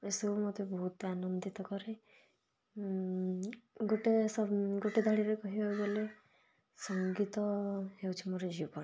ଏସବୁ ମୋତେ ବହୁତ ଆନନ୍ଦିତ କରେ ଗୋଟେ ଶ ଗୋଟେ ଧାଡ଼ିରେ କହିବାକୁ ଗଲେ ସଙ୍ଗୀତ ହେଉଛି ମୋର ଜୀବନ